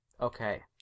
Okay